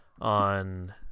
on